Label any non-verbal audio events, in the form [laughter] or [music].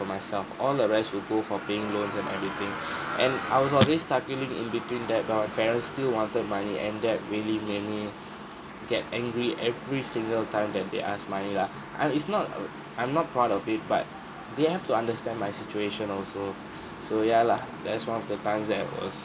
for myself all the rest will go for paying loans and everything [breath] and I was already studying in between that but my parents still wanted money and that really made me get angry every single time that they ask money lah [breath] and it's not I'm not proud of it but they have to understand my situation also [breath] so ya lah that's one of the times that was